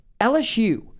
LSU